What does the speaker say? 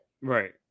right